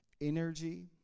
energy